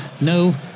No